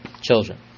children